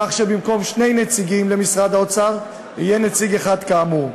כך שבמקום שני נציגים למשרד האוצר יהיה נציג אחד כאמור.